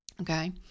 Okay